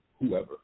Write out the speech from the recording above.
whoever